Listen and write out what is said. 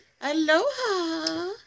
Aloha